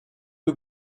who